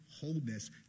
wholeness